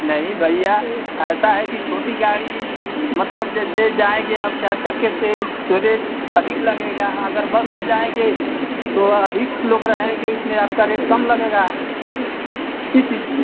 नहीं भैया ऐसा है कि छोटी गाड़ी मतलब जैसे जाएगे आप चार चक्के से तो रेट अधिक लगेगा अगर बस से जाएँगे तो अधिक लोग रहेंगे उसमें आपका रेट कम लगेगा इस हिसा